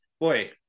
boy